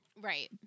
Right